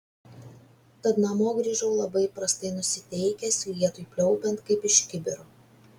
tad namo grįžau labai prastai nusiteikęs lietui pliaupiant kaip iš kibiro